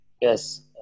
Yes